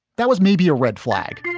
that was maybe a red flag